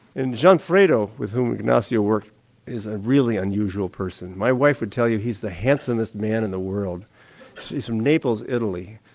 and gianfredo with whom ignacio worked is a really unusual person. my wife would tell you he's the handsomest man in the world he's from naples, italy,